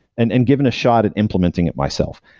and and given a shot at implementing it myself,